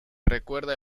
recuerda